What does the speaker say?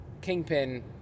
Kingpin